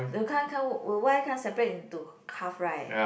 the can't can't the wife can't separate into half right